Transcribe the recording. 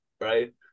right